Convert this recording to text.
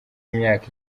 imyaka